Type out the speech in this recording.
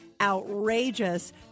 outrageous